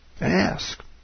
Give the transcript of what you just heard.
Ask